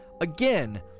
Again